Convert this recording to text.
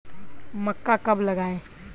मक्का कब लगाएँ?